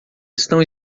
estão